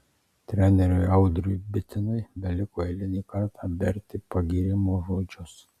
treneriui audriui bitinui beliko eilinį kartą berti pagyrimo žodžius